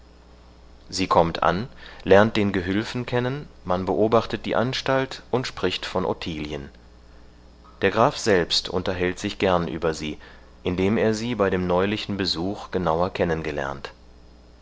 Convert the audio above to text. sie kommt an lernt den gehülfen kennen man beobachtet die anstalt und spricht von ottilien der graf selbst unterhält sich gern über sie indem er sie bei dem neulichen besuch genauer